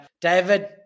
David